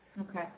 Okay